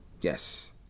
yes